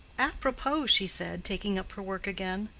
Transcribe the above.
apropos, she said, taking up her work again,